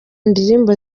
ndirimbo